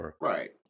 Right